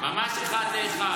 ממש אחד לאחד.